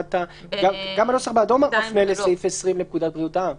גם הנוסח באדום מפנה לסעיף 20 בפקודת בריאות העם.